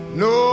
no